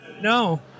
No